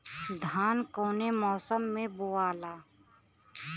धान कौने मौसम मे बोआला?